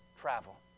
travel